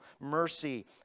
mercy